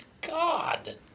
God